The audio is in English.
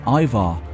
Ivar